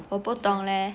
我不懂嘞